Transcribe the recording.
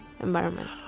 environment